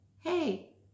hey